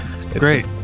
Great